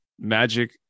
magic